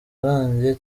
arangiye